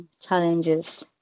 Challenges